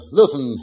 listen